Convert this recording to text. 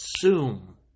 assume